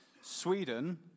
Sweden